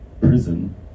prison